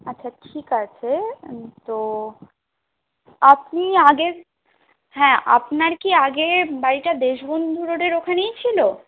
আচ্ছা ঠিক আছে তো আপনি আগের হ্যাঁ আপনার কি আগে বাড়িটা দেশবন্ধু রোডের ওখানেই ছিল